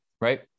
right